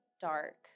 dark